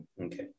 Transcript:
okay